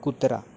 कुत्रा